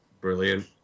Brilliant